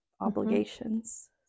obligations